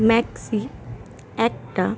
maxi একটা